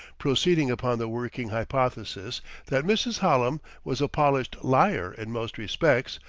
proceeding upon the working hypothesis that mrs. hallam was a polished liar in most respects,